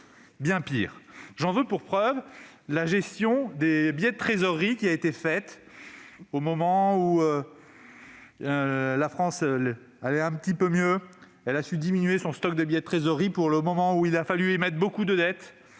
bien pire ! J'en veux pour preuve la gestion des billets de trésorerie. Au moment où la France allait un petit peu mieux, elle a su diminuer son stock de billets de trésorerie pour, le moment venu, pouvoir émettre beaucoup de dette